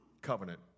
covenant